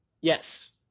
yes